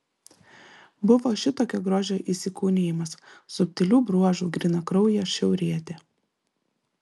buvo šitokio grožio įsikūnijimas subtilių bruožų grynakraujė šiaurietė